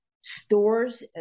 Stores